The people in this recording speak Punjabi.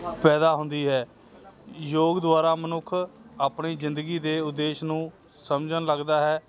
ਪੈਦਾ ਹੁੰਦੀ ਹੈ ਯੋਗ ਦੁਆਰਾ ਮਨੁੱਖ ਆਪਣੀ ਜ਼ਿੰਦਗੀ ਦੇ ਉਦੇਸ਼ ਨੂੰ ਸਮਝਣ ਲੱਗਦਾ ਹੈ